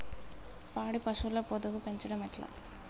పాడి పశువుల పొదుగు పెంచడం ఎట్లా?